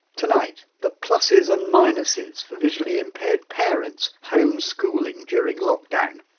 tonight, the pluses and minuses for visually impaired parents home-schooling during lockdown.